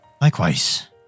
Likewise